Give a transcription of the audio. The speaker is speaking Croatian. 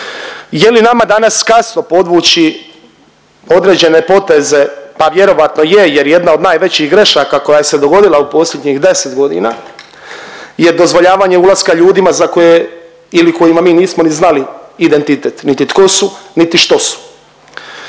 Je li nama danas kasno podvući određene poteze? Pa vjerojatno je jer jedna od najvećih grešaka koja se dogodila u posljednjih 10.g. je dozvoljavanje ulaska ljudima za koje ili kojima mi nismo ni znali identitet, niti tko su, niti što su